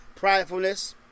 pridefulness